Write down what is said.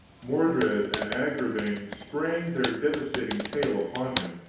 mordred and agravaine spring their devastating tale upon him.